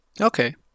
Okay